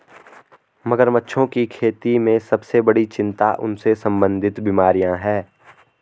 मगरमच्छों की खेती में सबसे बड़ी चिंता उनसे संबंधित बीमारियां हैं?